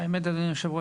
אדוני היו"ר,